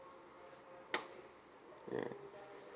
ya